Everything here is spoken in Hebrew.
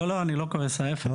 לא לא אני לא כועס ההיפך,